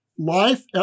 Life